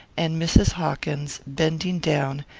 and mrs. hawkins, bending down,